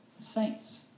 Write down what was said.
saints